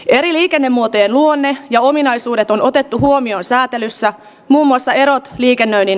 eri liikennemuotojen huoneen ja ominaisuudet on otettu huomioon säätelyssä mummonsa erot liikenainen